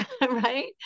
right